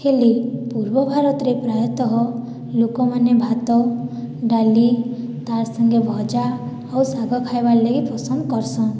ହେଲେ ପୂର୍ବ ଭାରତରେ ପ୍ରାୟତଃ ଲୋକମାନେ ଭାତ ଡାଲି ତାର୍ ସାଙ୍ଗେ ଭଜା ଓ ଶାଗ ଖାଇବାର୍ ଲାଗି ପସନ୍ଦ୍ କରିଛନ୍